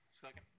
Second